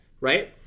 right